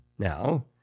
Now